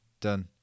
done